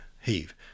Heave